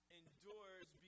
endures